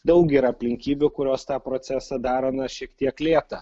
daug yra aplinkybių kurios tą procesą daro na šiek tiek lėtą